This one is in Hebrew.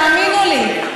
תאמינו לי.